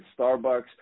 starbucks